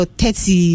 thirty